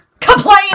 Complain